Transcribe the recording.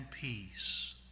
peace